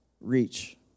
reach